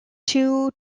two